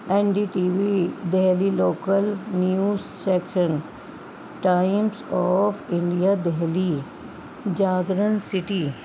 N D T V Delhi local news section Times of India Delhi Jagran city